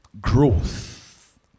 Growth